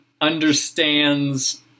understands